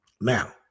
Now